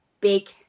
big